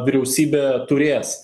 vyriausybė turės